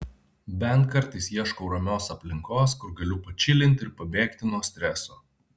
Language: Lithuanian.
bent kartais ieškau ramios aplinkos kur galiu pačilint ir pabėgti nuo streso